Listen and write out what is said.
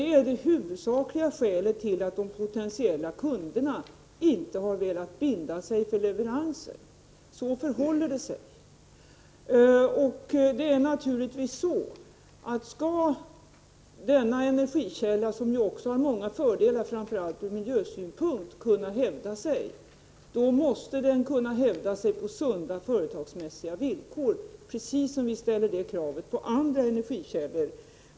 tåg et uvudsakliga skälet till att de aluminiumprodukpotentiella kunderna inte har velat binda sig för leveranser. På detta sätt : IG tionen i Piteå förhåller det sig. Skall denna energikälla — som också har många fördelar, framför allt ur miljösynpunkt — kunna hävda sig, måste den givetvis kunna hävda sig på sunda företagsmässiga villkor. Detta krav ställer vi även på andra energikällor.